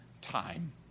time